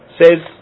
says